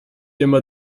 immer